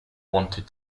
wanted